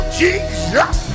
jesus